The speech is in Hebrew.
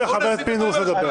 איזה כנס?